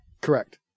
correct